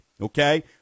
Okay